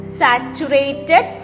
saturated